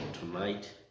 tonight